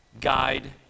guide